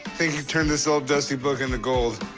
think you turned this old, dusty book into gold.